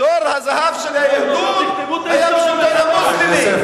של היהדות היה בין המוסלמים.